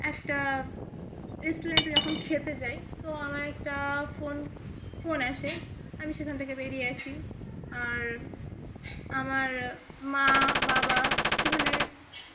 একটা রেস্টুরেন্টে যখন খেতে যাই তো আমার একটা ফোন ফোন আসে আমি সেখান থেকে বেরিয়ে আসি আর আমার মা বাবা সেখানে